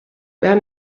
wer